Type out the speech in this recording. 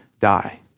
die